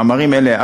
מאמרים אלה,